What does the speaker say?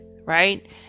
right